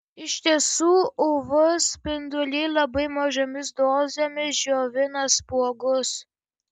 iš tiesų uv spinduliai labai mažomis dozėmis džiovina spuogus